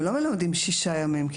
הם לא מלמדים שישה ימים.